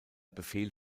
befehl